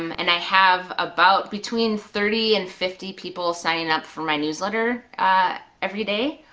um and i have about between thirty and fifty people signing up for my newsletter every day,